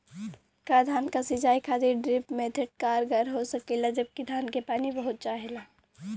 का धान क सिंचाई खातिर ड्रिप मेथड कारगर हो सकेला जबकि धान के पानी बहुत चाहेला?